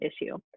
issue